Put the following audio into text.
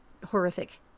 Horrific